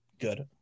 good